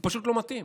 הוא פשוט לא מתאים.